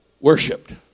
Worshipped